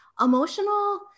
emotional